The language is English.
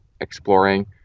exploring